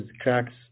cracks